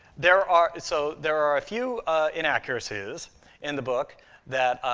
there are so there are a few inaccuracies in the book that